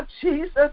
Jesus